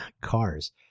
cars